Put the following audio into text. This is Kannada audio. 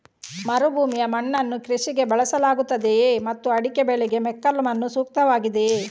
ಮರುಭೂಮಿಯ ಮಣ್ಣನ್ನು ಕೃಷಿಗೆ ಬಳಸಲಾಗುತ್ತದೆಯೇ ಮತ್ತು ಅಡಿಕೆ ಬೆಳೆಗೆ ಮೆಕ್ಕಲು ಮಣ್ಣು ಸೂಕ್ತವಾಗಿದೆಯೇ?